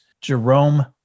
Jerome